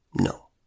No